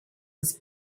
was